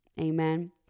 Amen